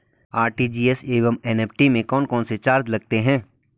RTGS एवं NEFT में कौन कौनसे चार्ज लगते हैं?